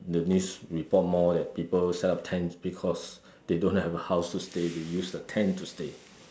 the news report more that people set up tents because they don't have a house to stay they use a tent to stay